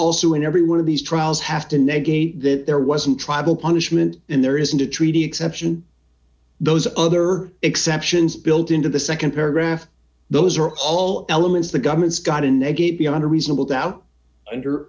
also in every one of these trials has to negate that there wasn't tribal punishment and there isn't a treaty exception those other exceptions built into the nd paragraph those are all elements the government's got in they gave beyond a reasonable doubt under